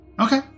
Okay